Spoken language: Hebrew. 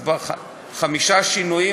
אז חמישה שינויים,